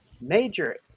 Major